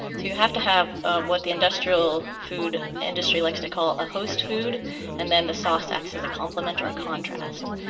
have to have ah what the industrial food industry likes to call a host food and then the sauce acts as a complement or a contrast.